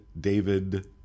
David